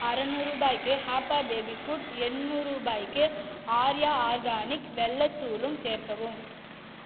அறநூறுரூபாய்க்கு Happa baby food எண்ணூறுரூபாய்க்கு Arya organic வெல்லத் தூளும் சேர்க்கவும்